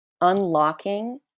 unlocking